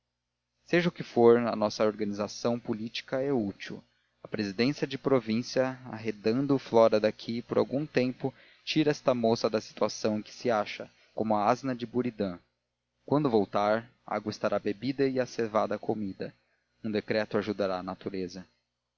seja o que for a nossa organização política é útil a presidência de província arredando flora daqui por algum tempo tira esta moça da situação em que se acha como a asna de buridan quando voltar a água estará bebida e a cevada comida um decreto ajudará a natureza